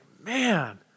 man